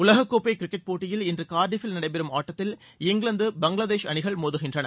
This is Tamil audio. உலகக் கோப்பை கிரிக்கெட் போட்டியில் இன்று கார்டிப்பில் நடைபெறும் ஆட்டத்தில் இங்கிலாந்து பங்களாதேஷ் அணிகள் மோதுகின்றன